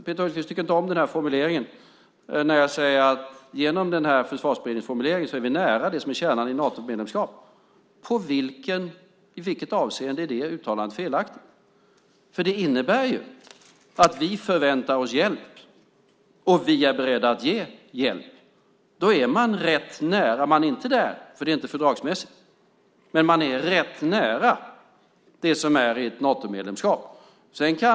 Peter Hultqvist tycker inte om formuleringen när jag säger att vi genom den här försvarsberedningsformuleringen är nära det som är kärnan i ett Natomedlemskap. I vilket avseende är det uttalandet felaktigt? Det innebär ju att vi förväntar oss hjälp och är beredda att ge hjälp. Då är man rätt nära det som är ett Natomedlemskap. Vi är inte där eftersom det inte är fördragsmässigt.